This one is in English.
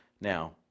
Now